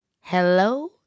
Hello